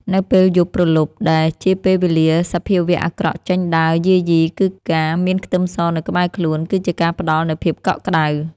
នៅពេលយប់ព្រលប់ដែលជាពេលវេលាសភាវៈអាក្រក់ចេញដើរយាយីគឺការមានខ្ទឹមសនៅក្បែរខ្លួនគឺជាការផ្ដល់នូវភាពកក់ក្តៅ។